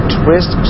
twist